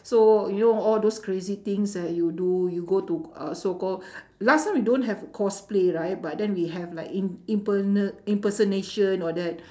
so you know all those crazy things that you do you go to uh so-called last time we don't have cosplay right but then we have like im~ impe~ impersonation all that